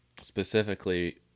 specifically